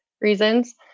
reasons